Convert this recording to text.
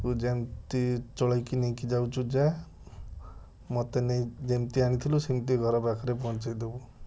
ତୁ ଯେମିତି ଚଳେଇକି ନେଇକି ଯାଉଛୁ ଯା ମୋତେ ନେଇ ଯେମିତି ଆଣିଥିଲୁ ସେମତି ଘର ପାଖରେ ପହଞ୍ଚେଇ ଦେବୁ